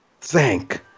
thank